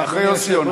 אחרי יוסי יונה.